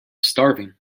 starving